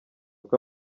uko